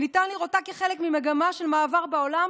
וניתן לראותה כחלק ממגמה של מעבר בעולם